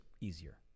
easier